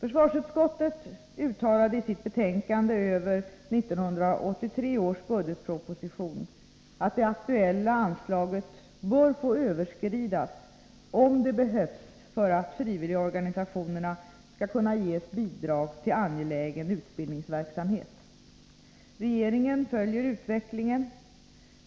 Försvarsutskottet uttalade i sitt betänkande över 1983 års budgetproposition att det aktuella anslaget bör få överskridas om det behövs för att frivilligorganisationerna skall kunna ges bidrag till angelägen utbildningsverksamhet. Regeringen följer utvecklingen.